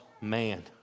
man